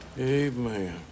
Amen